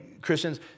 Christians